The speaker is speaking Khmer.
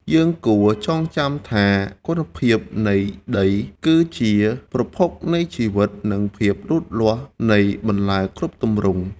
យើងគួរចងចាំថាគុណភាពនៃដីគឺជាប្រភពនៃជីវិត និងភាពរីកលូតលាស់នៃបន្លែគ្រប់ទម្រង់។